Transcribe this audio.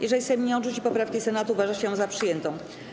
Jeżeli Sejm nie odrzuci poprawki Senatu, uważa się ją za przyjętą.